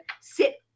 sit